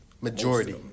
majority